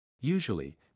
Usually